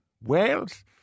Wales